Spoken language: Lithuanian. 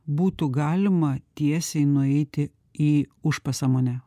būtų galima tiesiai nueiti į užpasąmonę